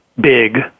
big